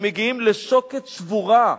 הם מגיעים לשוקת שבורה.